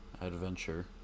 adventure